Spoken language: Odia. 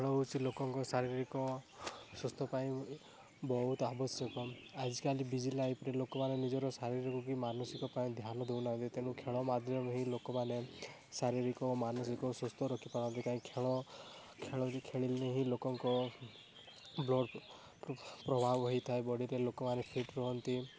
ଖେଳ ହେଉଛି ଲୋକଙ୍କ ଶାରୀରିକ ସୁସ୍ଥ ପାଇଁ ବହୁତ ଆବଶ୍ୟକ ଆଜିକାଲି ବିଜି ଲାଇଫ୍ରେ ଲୋକମାନେ ନିଜର ଶାରୀରିକ କି ମାନସିକ ପାଇଁ ଧ୍ୟାନ ଦେଉନାହାନ୍ତି ତେଣୁ ଖେଳ ମାଧ୍ୟମରେ ହିଁ ଲୋକମାନେ ଶାରୀରିକ ଓ ମାନସିକ ସୁସ୍ଥ ରଖିପାରନ୍ତି କାହିଁକି ଖେଳ ଖେଳନ୍ତି ଖେଳିଲେ ହିଁ ଲୋକଙ୍କ ବ୍ଲଡ଼୍ ପ୍ରଭାବ ହେଇଥାଏ ବଡ଼ିରେ ଲୋକମାନେ ଫିଟ୍ ରୁହନ୍ତି